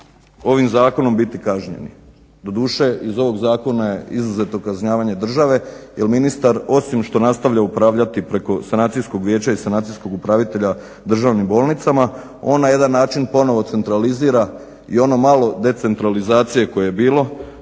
ovim zakonom biti kažnjeni. Doduše iz ovog zakona je izuzeto kažnjavanje države jer ministar osim što nastavlja upravljati preko Sanacijskog vijeća i sanacijskog upravitelja državnim bolnicama, on na jedan način ponovno centralizira i ono malo decentralizacije koje je bilo